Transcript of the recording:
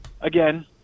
again